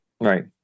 Right